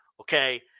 okay